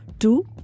Two